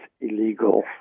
illegal